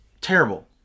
terrible